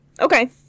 okay